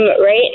right